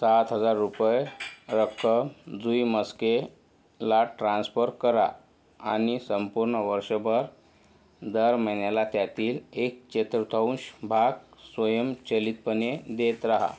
सात हजार रुपये रक्कम जुई म्हस्केला ट्रान्स्फर करा आणि संपूर्ण वर्षभर दर महिन्याला त्यातील एक चतुर्थांश भाग स्वयंचलितपणे देत राहा